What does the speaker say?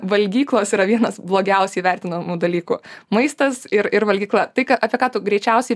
valgyklos yra vienas blogiausiai vertinamų dalykų maistas ir ir valgykla tai ką apie ką tu greičiausiai